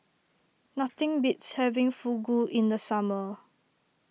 nothing beats having Fugu in the summer